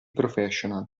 professional